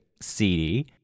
CD